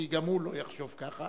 כי גם הוא לא יחשוב כך,